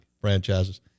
franchises